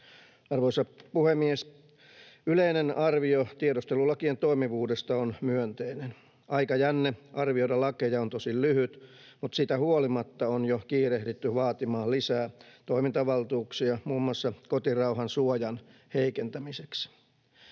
Arvoisa puhemies! Yleinen arvio tiedustelulakien toimivuudesta on myönteinen. Aikajänne arvioida lakeja on tosin lyhyt, mutta siitä huolimatta on jo kiirehditty vaatimaan lisää toimintavaltuuksia muun muassa kotirauhan suojan heikentämiseksi.